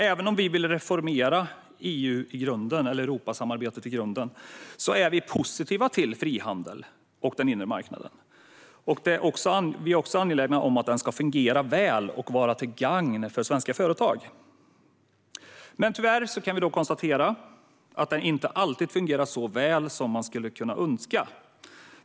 Även om vi vill reformera EU och Europasamarbetet i grunden är vi positiva till frihandel och den inre marknaden. Vi är också angelägna om att den ska fungera väl och vara till gagn för svenska företag. Tyvärr kan vi konstatera att den inte alltid fungerar så väl som man skulle kunna önska.